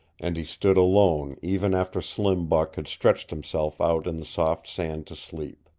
and he stood alone even after slim buck had stretched himself out in the soft sand to sleep.